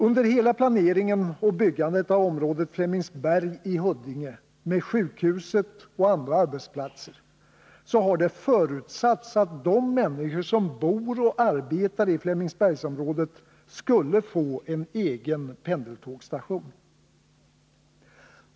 Under hela planeringen och byggandet av området Flemingsberg i Huddinge med sjukhuset och andra arbetsplatser har det förutsatts att de människor som bor och arbetar i Flemingsbergsområdet skulle få en egen pendeltågsstation.